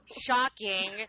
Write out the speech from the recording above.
Shocking